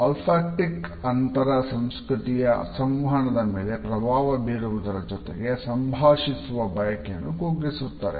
ಒಳ್ಫ್ಯಾಕ್ಟಿಕ್ ಅಂತರ ಸಂಸ್ಕೃತಿಯ ಸಂವಹನದ ಮೇಲೆ ಪ್ರಭಾವ ಬೀರುವುದರ ಜೊತೆಗೆ ಸಂಭಾಷಿಸುವ ಬಯಕೆಯನ್ನು ಕುಗ್ಗಿಸುತ್ತದೆ